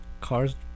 cars